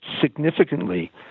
significantly